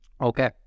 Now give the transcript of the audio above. Okay